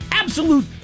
Absolute